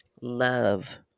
love